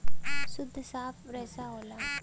सुद्ध साफ रेसा होला